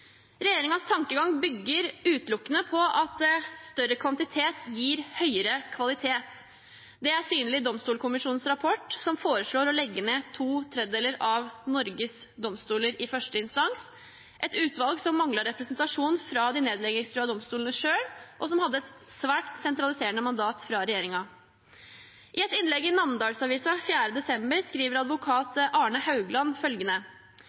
Regjeringens tankegang bygger utelukkende på at større kvantitet gir høyere kvalitet. Det er synlig i Domstolkommisjonens rapport, som foreslår å legge ned to tredjedeler av Norges domstoler i første instans – et utvalg som manglet representasjon fra de nedleggingstruede domstolene selv, og som hadde et svært sentraliserende mandat fra regjeringen. I et innlegg i Namdalsavisa den 4. desember skrives følgende: